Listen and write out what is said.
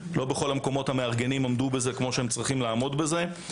לא בכל המקומות המארגנים עמדו בזה כפי שהם צריכים לעמוד בזה,